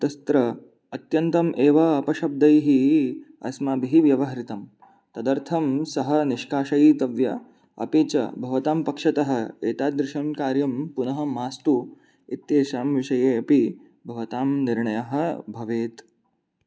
तत्र अत्यन्त्यमेव अपशब्दैः अस्माभिः व्यवहृतं तदर्थं सः निष्कासयितव्यः अपि च भवतां पक्षतः एतादृशं कार्यं पुनः मास्तु इत्येषां विषयेऽपि भवतां निर्णयः भवेत्